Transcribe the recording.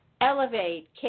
Elevate